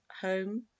home